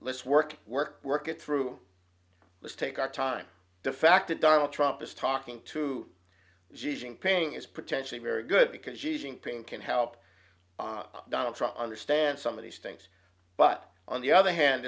let's work work work it through let's take our time the fact that donald trump is talking to the painting is potentially very good because using pink can help donald trump understand some of these things but on the other hand